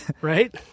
Right